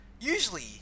usually